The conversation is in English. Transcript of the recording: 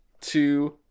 two